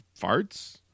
farts